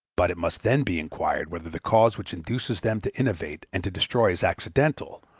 but it must then be inquired whether the cause which induces them to innovate and to destroy is accidental,